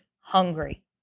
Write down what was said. hungry